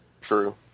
True